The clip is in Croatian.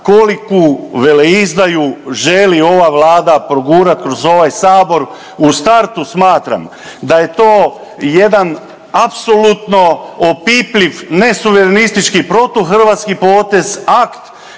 koliku veleizdaju želi ova Vlada progurat kroz ovaj sabor. U startu smatram da je to jedan apsolutno opipljiv ne suverenistički, protuhvatski potez, akt